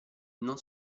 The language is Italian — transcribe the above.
non